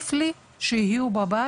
עדיף לי שהם יהיו בבית,